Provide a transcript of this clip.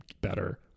better